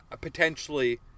potentially